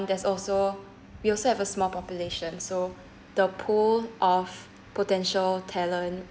there's also we also have a small population so the pool of potential talent